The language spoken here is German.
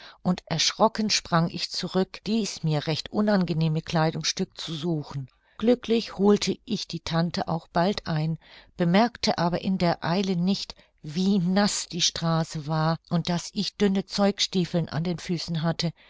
und erschrocken sprang ich zurück dies mir recht unangenehme kleidungsstück zu suchen glücklich holte ich die tante auch bald ein bemerkte aber in der eile nicht wie naß die straße war und daß ich dünne zeugstiefeln an den füßen hatte